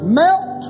melt